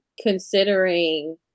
considering